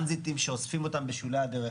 טרנזיטים שאוספים אותם בשולי הדרך,